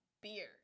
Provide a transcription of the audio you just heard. beer